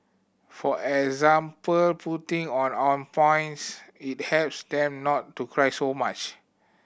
for example putting on ointments it helps them not to cry so much